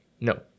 No